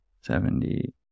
seventy